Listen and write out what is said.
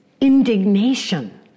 indignation